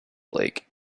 lake